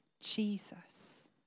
jesus